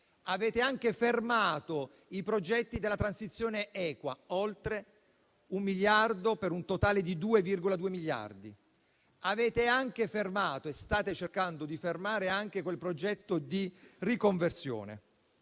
Avete anche fermato i progetti della transizione equa, pari a oltre 1 miliardo, per un totale di 2,2 miliardi. State cercando di fermare anche quel progetto di riconversione.